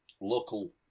local